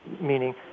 meaning